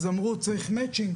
אז אמרו 'צריך מצ'ינג',